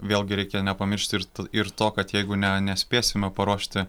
vėlgi reikia nepamiršti ir ir to kad jeigu ne nespėsime paruošti